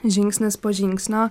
žingsnis po žingsnio